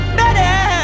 better